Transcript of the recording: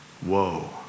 Whoa